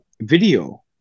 video